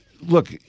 Look